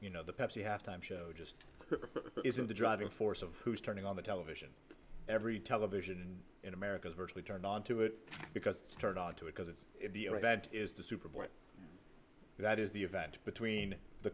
you know the pepsi have time show just isn't the driving force of who's turning on the television every television in america is virtually turned on to it because it's turned on to it because it is the super bowl that is the event between the